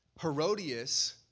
Herodias